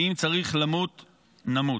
ואם צריך למות נמות".